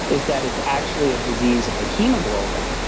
is that it's actually a disease of the hemoglobin.